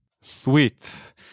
Sweet